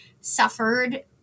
suffered